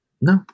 No